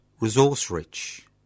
resource-rich